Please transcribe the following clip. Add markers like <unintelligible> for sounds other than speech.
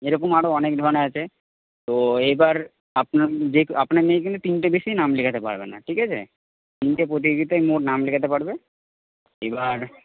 এরকম আরো অনেক ধরনের আছে তো এবার আপনার <unintelligible> আপনার মেয়ে কিন্তু তিনটের বেশি নাম লেখাতে পারবে না ঠিক আছে তিনটে প্রতিযোগিতায় মোট নাম লেখাতে পারবে এবার